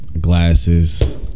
glasses